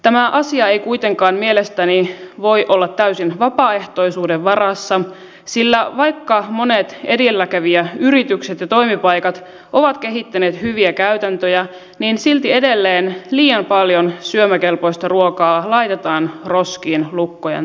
tämä asia ei kuitenkaan mielestäni voi olla täysin vapaaehtoisuuden varassa sillä vaikka monet edelläkävijäyritykset ja toimipaikat ovat kehittäneet hyviä käytäntöjä niin silti edelleen liian paljon syömäkelpoista ruokaa laitetaan roskiin lukkojen taakse